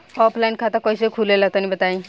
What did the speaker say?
Offline खाता कइसे खुले ला तनि बताई?